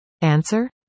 Answer